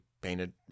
painted